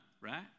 Right